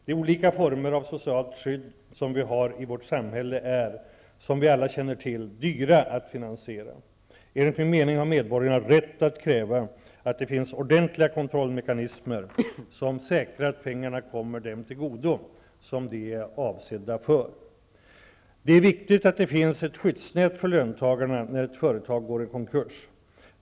De olika former av socialt skydd som vi har i vårt samhälle är, som vi alla känner till, dyra att finansiera. Enligt min mening har medborgarna rätt att kräva att det finns ordentliga kontrollmekanismer som säkrar att pengarna kommer dem till godo som de är avsedda för. Det är viktigt att det finns ett skyddsnät för löntagarna när ett företag går i konkurs.